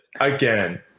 again